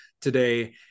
today